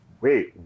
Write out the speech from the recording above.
wait